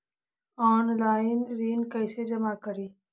Online ऋण कैसे जमा करी?